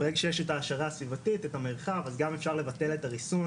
ברגע שיש את ההעשרה הסביבתית ואת המרחב אז גם אפשר לבטל את הריסון